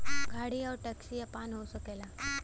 गाड़ी आउर टैक्सी आपन हो सकला